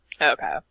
Okay